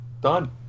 done